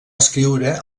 escriure